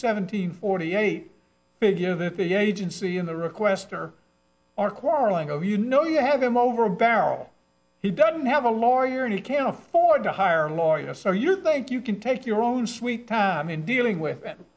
hundred forty eight figure that the agency in the requester are quarreling over you know you have him over a barrel he doesn't have a lawyer and he can't afford to hire a lawyer so you think you can take your own sweet time in dealing with